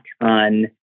on